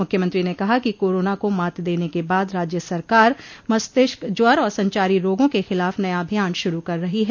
मुख्यमंत्री ने कहा कि कोरोना को मात देने के बाद राज्य सरकार मस्तिष्क ज्वर और संचारी रोगों के खिलाफ नया अभियान शुरू कर रही है